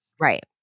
right